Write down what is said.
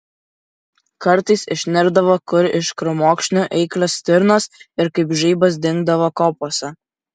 kartais išnirdavo kur iš krūmokšnių eiklios stirnos ir kaip žaibas dingdavo kopose